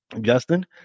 Justin